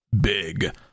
big